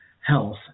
health